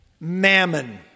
Mammon